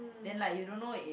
then like you don't know if